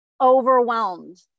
overwhelmed